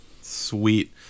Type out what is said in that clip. sweet